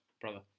brother